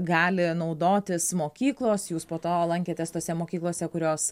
gali naudotis mokyklos jūs po to lankėtės tose mokyklose kurios